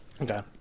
Okay